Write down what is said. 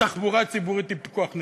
תחבורה ציבורית היא פיקוח נפש,